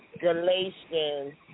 Galatians